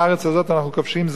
אנחנו כובשים זרים בה,